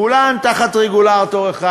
כולם תחת רגולטור אחד.